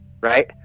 right